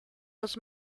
los